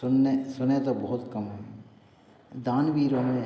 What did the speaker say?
सुनने सुने तो बहुत कम हैं दानवीरों में